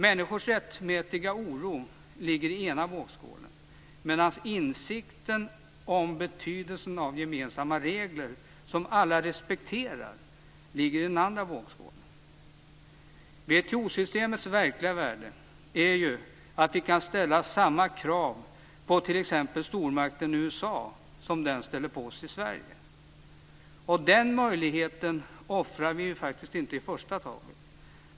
Människors rättmätiga oro ligger i ena vågskålen, medan insikten om betydelsen av gemensamma regler som alla respekterar ligger i den andra. WTO-systemets verkliga värde är att vi kan ställa samma krav på t.ex. stormakten USA som den ställer på oss i Sverige. Och den möjligheten offrar vi inte i första taget.